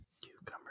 Cucumber